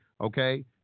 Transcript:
Okay